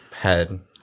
head